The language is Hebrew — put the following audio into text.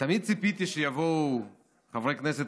תמיד ציפיתי שיבואו חברי הכנסת